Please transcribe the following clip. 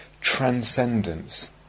transcendence